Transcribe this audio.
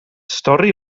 stori